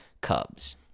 Cubs